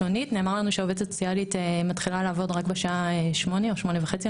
נאמר לנו שהעובדת הסוציאלית מתחילה לעבוד רק בשעה שמונה או שמונה וחצי.